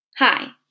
Hi